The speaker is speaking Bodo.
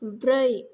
ब्रै